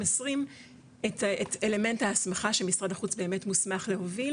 את אלמנט האסמכה שמשרד החוץ באמת מוסמך להוביל